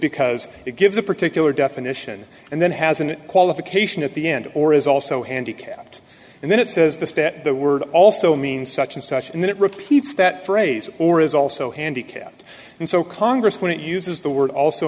because it gives a particular definition and then has an qualification at the end or is also handicapped and then it says this bet the word also means such and such and then it repeats that phrase or is also handicapped and so congress when it uses the word also